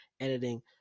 editing